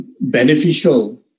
beneficial